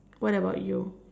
what about you